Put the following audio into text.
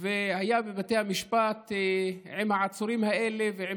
והיה בבתי המשפט עם העצורים האלה ועם